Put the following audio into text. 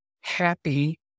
happy